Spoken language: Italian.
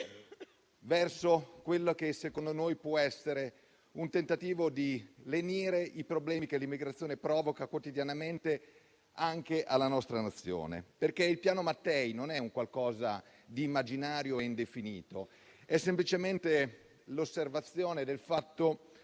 verso quello che, a nostro avviso, può essere un tentativo di lenire i problemi che l'immigrazione provoca quotidianamente anche alla nostra Nazione. Il piano Mattei non è qualcosa di immaginario e indefinito, ma semplicemente la constatazione che